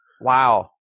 Wow